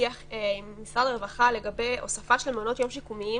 הבעיה יכולה להיות כשיש סכסוכים בין ההורים,